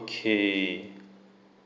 okay